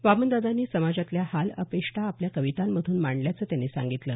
वामनदादांनी समाजातल्या हाल अपेष्टा आपल्या कवितांमधून मांडल्याचं त्यांनी सांगितलं